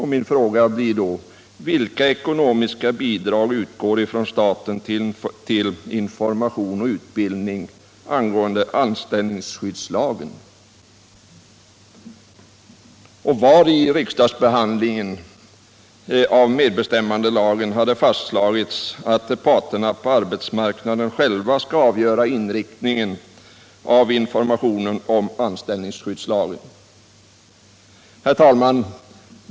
Min fråga blir då: Vilka ekonomiska bidrag utgår från staten till utbildning och information om anställningsskyddslagen? Var i riksdagsbehandlingen av medbestämmandelagen har det fastslagits att parterna på arbetsmarknaden själva skall avgöra inriktningen av informationen om anställningsskyddslagen? Herr talman!